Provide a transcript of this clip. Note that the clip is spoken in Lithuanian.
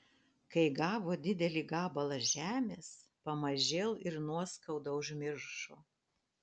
kai gavo didelį gabalą žemės pamažėl ir nuoskaudą užmiršo